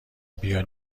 بیا